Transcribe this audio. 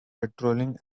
patrolling